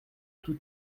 tous